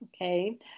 okay